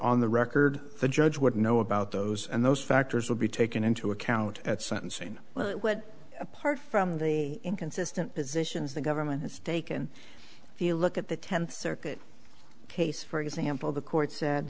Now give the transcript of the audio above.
on the record the judge would know about those and those factors will be taken into account at sentencing well what apart from the inconsistent positions the government has taken if you look at the tenth circuit case for example the court said